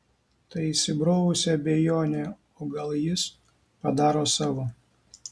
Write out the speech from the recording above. ta įsibrovusi abejonė o gal jis padaro savo